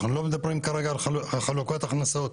אנחנו לא מדברים כרגע על חלוקת הכנסות,